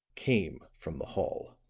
came from the hall.